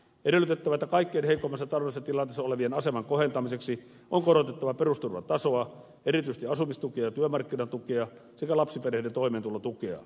on edellytettävä että kaikkein heikoimmassa taloudellisessa tilanteessa olevien aseman kohentamiseksi on korotettava perusturvan tasoa erityisesti asumistukea ja työmarkkinatukea sekä lapsiperheiden toimeentulotukea